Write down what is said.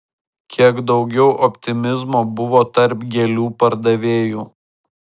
kiek daugiu optimizmo buvo tarp gėlių pardavėjų